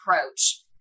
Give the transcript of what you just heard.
approach